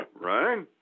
right